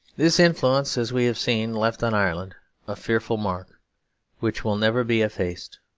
this influence, as we have seen, left on ireland a fearful mark which will never be effaced.